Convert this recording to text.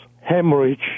hemorrhage